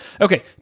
Okay